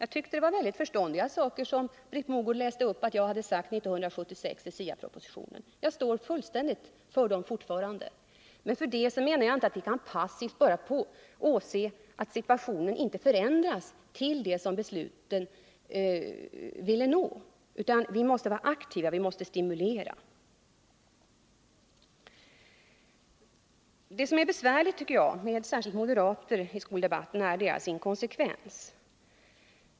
Det som Britt Mogård läste upp att jag hade sagt i SIA-propositionen 1976 tyckte jag var förståndiga saker. Jag står fortfarande för detta. Men för den skull menar jag inte att vi passivt skall åse att situationen inte förändras till det som vi ville uppnå med besluten. Vi måste vara aktiva, vi måste stimulera. Det besvärliga med särskilt moderater i skoldebatten är deras inkonsekvens.